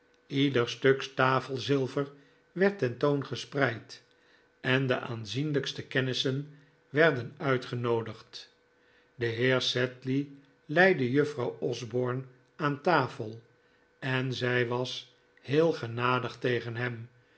ieder stuk tafelzilver werd ten toon gespreid en de aanzienlijkste kennissen werden uitgenoodigd de heer sedley leidde juffrouw osborne aan tafel en zij was heel genadig tegen hem